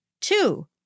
Two